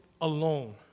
alone